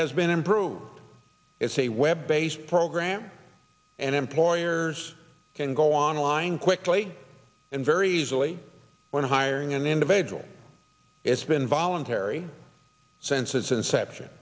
has been improved it's a web based program and employers can go online quickly and very easily when hiring an individual it's been voluntary since its inception